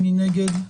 מי נגד?